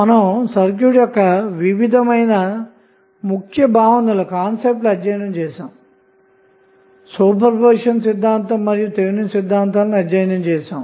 మనము సర్క్యూట్ యొక్క వివిధ ముఖ్య భావనలు లను అధ్యయనం చేసాము సూపర్పొజిషన్ సిద్ధాంతం మరియు థేవినిన్ సిద్ధాంతాలను అధ్యయనం చేసాము